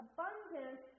Abundance